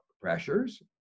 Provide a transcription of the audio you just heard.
pressures